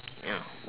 ya